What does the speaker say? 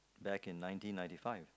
back in nineteen ninety five